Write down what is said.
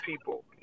people